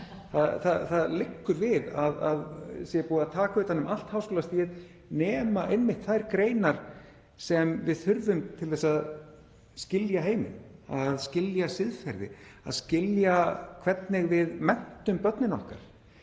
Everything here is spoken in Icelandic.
Það liggur við að búið sé að taka utan um allt háskólastigið nema einmitt þær greinar sem við þurfum til að skilja heiminn, skilja siðferði, skilja hvernig við menntum börnin okkar.